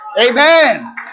Amen